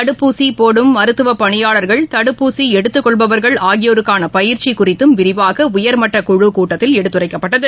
தடுப்பூசி போடும் மருத்துவப்பணியாளர்கள் தடுப்பூசி எடுத்துக்கொள்பவர்கள் ஆகியோருக்கான பயிற்சி குறித்தும் விரிவாக உயர்மட்டக்குழு கூட்டத்தில் எடுத்துரைக்கப்பட்டது